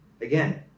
again